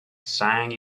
sang